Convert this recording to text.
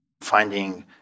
finding